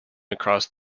across